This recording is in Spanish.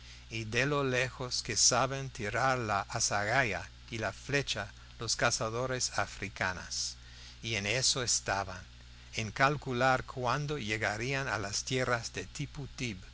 y de lo lejos que saben tirar la azagaya y la flecha los cazadores africanos y en eso estaban y en calcular cuándo llegarían a las tierras de tippu tib